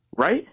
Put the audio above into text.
right